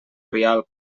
rialb